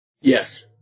Yes